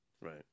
Right